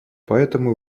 поэтому